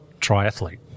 triathlete